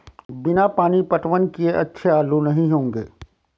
बिना पानी पटवन किए अच्छे आलू नही होंगे